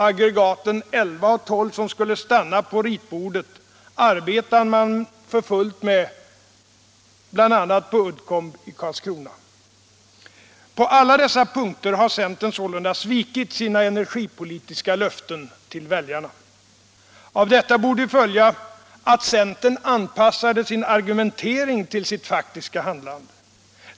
Aggregaten 11 och 12, som skulle stanna på ritbordet, arbetar man för fullt med, bl.a. på Uddcomb i Karlskrona. På alla dessa punkter har centern sålunda svikit sina energipolitiska löften till väljarna. Av detta borde följa att centern anpassade sin argumentering till sitt faktiska handlande.